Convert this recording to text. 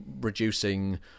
reducing